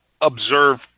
observe